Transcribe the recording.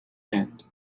hand